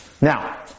Now